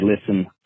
listen